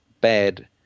bad